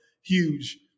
huge